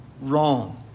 wrong